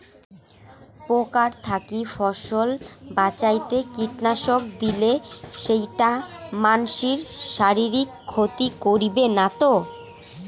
পোকার থাকি ফসল বাঁচাইতে কীটনাশক দিলে সেইটা মানসির শারীরিক ক্ষতি করিবে না তো?